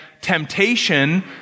temptation